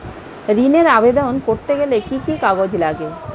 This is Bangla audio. ঋণের আবেদন করতে গেলে কি কি কাগজ লাগে?